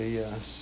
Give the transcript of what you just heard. yes